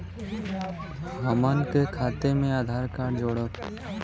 हमन के खाता मे आधार कार्ड जोड़ब?